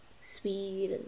sweet